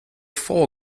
four